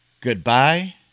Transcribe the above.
Goodbye